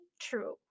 true